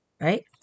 right